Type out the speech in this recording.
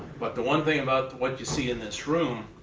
but the one thing about what you see in this room,